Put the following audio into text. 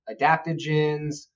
adaptogens